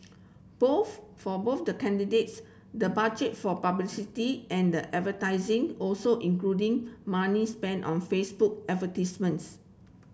both for both the candidates the budget for publicity and the avertising also including money spent on Facebook advertisements